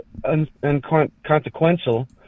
unconsequential